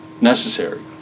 necessary